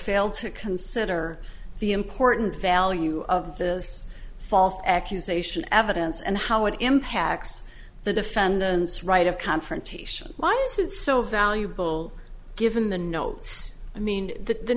failed to consider the important value of this false accusation evidence and how it impacts the defendant's right of confrontation why is it so valuable given the notes i mean th